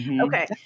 Okay